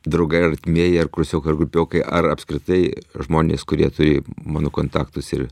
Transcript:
draugai artimieji ar krusiokai ar grupiokai ar apskritai žmonės kurie turi mano kontaktus ir